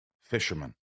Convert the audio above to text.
fisherman